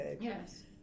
Yes